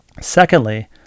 Secondly